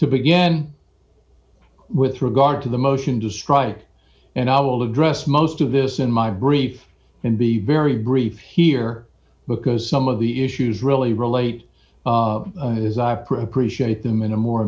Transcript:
to began with regard to the motion to strike and i will address most of this in my brief and be very brief here because some of the issues really relate as i appropriate them in a more